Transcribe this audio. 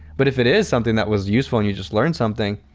but if it is something that was useful and you just learned something,